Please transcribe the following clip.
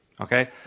Okay